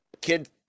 Kid